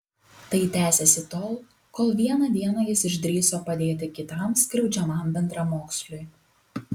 tai tęsėsi tol kol vieną dieną jis išdrįso padėti kitam skriaudžiamam bendramoksliui